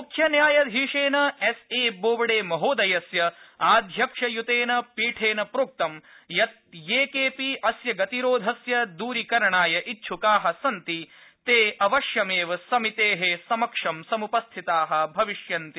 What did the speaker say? मुख्यन्यायधीशेन S A बोबडेमहोदयस्य आध्यक्षय्तेन पीठेन प्रोक्तं यत् ये केऽपि अस्य गतिरोधस्य द्रीकरणाय इच्छ्काः ते अवश्यं समितेः समक्षं समुपस्थिताः भविष्यन्ति